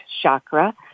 chakra